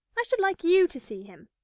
i should like you to see him.